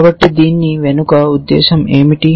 కాబట్టి దీని వెనుక ఉద్దేశం ఏమిటి